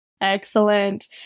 Excellent